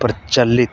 ਪ੍ਰਚਲਿਤ